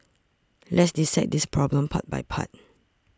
let's dissect this problem part by part